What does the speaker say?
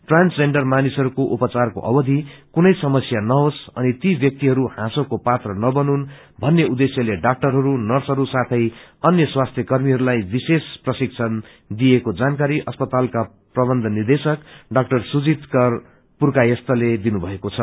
transgender मानिसहरूको उपचारको अवधि कूनै समस्या नहोस् अनि ती ब्यक्तिहरू हाँसोको पात्र नबनून् भन्ने उद्धेश्य डाक्टरहरू नंसहर साथै अन्य स्वास्थ्य कर्मीहरूलाई विशेष प्रशिक्षण दिइएको जानकारी अस्पतालका प्रबन्ध निर्दशक डाक्टर सुजीत कर पुरकायस्तले दिनुभएको छ